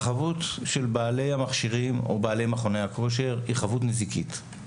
החבות של בעלי המכשירים או בעלי מכוני הכושר היא חבות נזיקית.